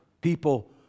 People